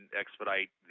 expedite